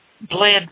bled